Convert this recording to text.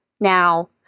Now